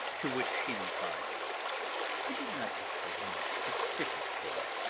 to which he replied i did not look for any specific thing.